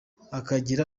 akagira